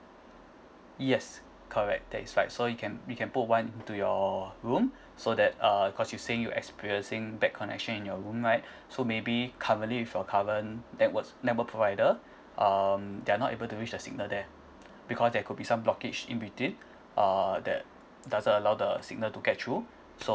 yes correct that is right so you can we can put one to your room so that uh cause you saying you experiencing bad connection in your room right so maybe if currently with your current network network provider um they're not able to reach a signal there because there could be some blockage in between uh that doesn't allow the signal to get through so